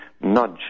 Nudge